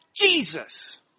Jesus